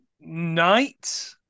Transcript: night